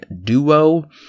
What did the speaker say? duo